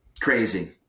Crazy